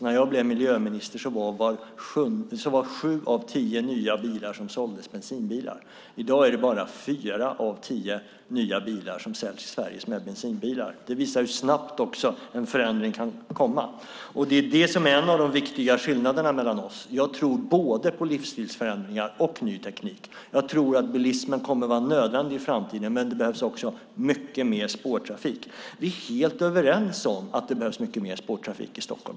När jag tillträdde var sju av tio nya bilar som såldes bensinbilar. I dag är endast fyra av tio nya bilar som säljs bensinbilar. Det visar hur snabbt en förändring kan komma. Det är en av de viktiga skillnaderna mellan oss. Jag tror på både livsstilsförändringar och ny teknik. Jag tror att bilåkandet kommer att vara nödvändigt i framtiden, men samtidigt behövs mycket mer spårtrafik. Vi är helt överens om att det behövs mycket mer spårtrafik i Stockholm.